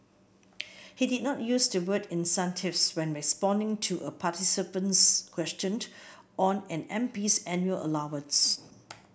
he did not use the word incentives when responding to a participant's question on an MP's annual allowance